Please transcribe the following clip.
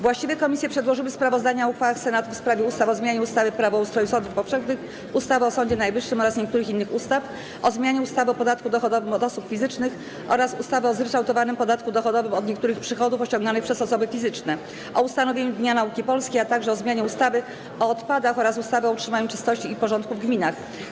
Właściwe komisje przedłożyły sprawozdania o uchwałach Senatu w sprawie ustaw: - o zmianie ustawy Prawo o ustroju sądów powszechnych, ustawy o Sądzie Najwyższym oraz niektórych innych ustaw, - o zmianie ustawy o podatku dochodowym od osób fizycznych oraz ustawy o zryczałtowanym podatku dochodowym od niektórych przychodów osiąganych przez osoby fizyczne, - o ustanowieniu Dnia Nauki Polskiej, - o zmianie ustawy o odpadach oraz ustawy o utrzymaniu czystości i porządku w gminach.